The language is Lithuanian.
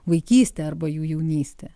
vaikystė arba jų jaunystė